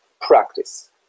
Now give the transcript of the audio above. practice